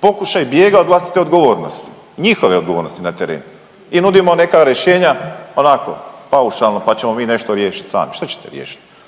pokušaj bijega od vlastite odgovornosti, njihove odgovornosti na terenu i nudimo neka rješenja onako paušalno pa ćemo mi nešto riješiti sami. Što ćete riješiti?